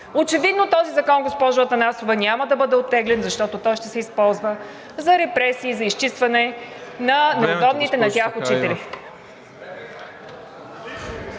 Очевидно този закон, госпожо Атанасова, няма да бъде оттеглен, защото той ще се използва за репресии, за изчистване на неудобните на тях учители.